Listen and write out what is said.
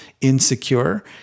insecure